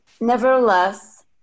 Nevertheless